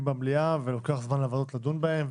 במליאה ולוקח זמן לוועדות לדון בהם.